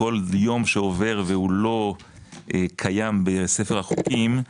כל יום שעובר והוא לא קיים בספר החוקים,